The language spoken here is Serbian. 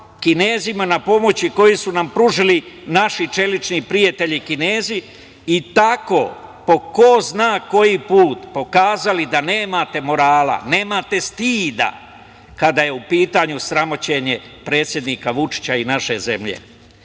na pomoći koju su nam pružili naši čelični prijatelji Kinezi i tako, po ko zna koji put, pokazali da nemate morala, nemate stida kada je u pitanju sramoćenje predsednika Vučića i naše zemlje? Sedmo